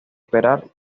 esperar